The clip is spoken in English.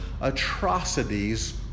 atrocities